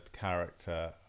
character